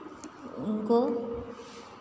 उनको